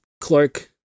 Clark